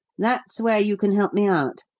that's where you can help me out.